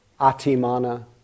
atimana